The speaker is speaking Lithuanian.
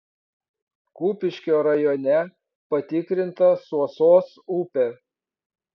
kupiškio rajone patikrinta suosos upė